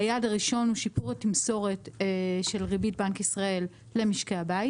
היעד הראשון הוא שיפור התמסורת של ריבית בנק ישראל למשקי הבית.